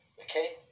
okay